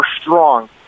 strong